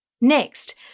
Next